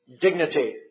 dignity